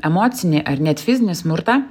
emocinį ar net fizinį smurtą